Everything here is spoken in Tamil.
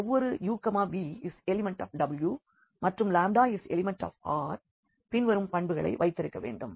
ஒவ்வொரு u v∈W மற்றும் ∈R உம் பின்வரும் பண்புகளை வைத்திருக்க வேண்டும்